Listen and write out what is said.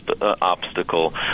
obstacle